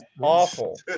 awful